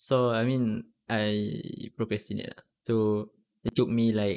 so I mean I procrastinate lah so it took me like